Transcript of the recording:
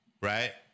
right